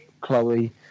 Chloe